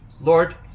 Lord